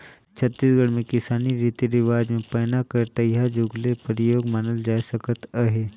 छत्तीसगढ़ मे किसानी रीति रिवाज मे पैना कर तइहा जुग ले परियोग मानल जाए सकत अहे